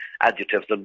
adjectives